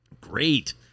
Great